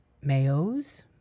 mayo's